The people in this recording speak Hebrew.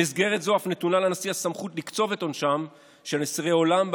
במסגרת זו אף נתונה לנשיא הסמכות לקצוב את עונשם של אסירי עולם.